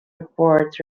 report